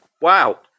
wow